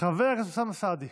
חבר הכנסת אוסאמה סעדי,